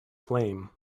flame